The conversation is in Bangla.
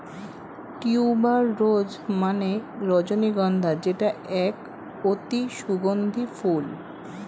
টিউবার রোজ মানে রজনীগন্ধা যেটা এক অতি সুগন্ধি ফুল